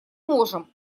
можем